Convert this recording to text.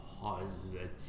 Positive